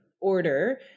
order